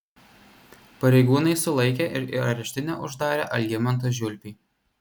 pareigūnai sulaikė ir į areštinę uždarė algimantą žiulpį